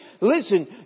Listen